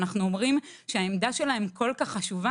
אנחנו אומרים שהעמדה שלהם כל כך חשובה